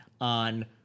on